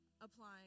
applying